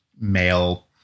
male